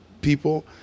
people